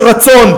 ויש רצון,